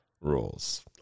rules